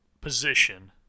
position